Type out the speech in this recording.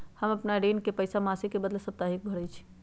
हम अपन ऋण के पइसा मासिक के बदले साप्ताहिके भरई छी